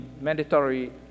mandatory